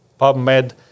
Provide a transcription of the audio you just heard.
pubmed